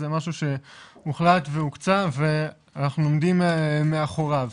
זה משהו שהוחלט והוקצה, ואנחנו עומדים מאחוריו.